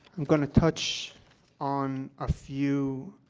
i'm going to touch on a few,